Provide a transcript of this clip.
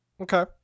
Okay